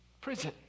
prison